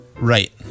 right